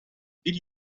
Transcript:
did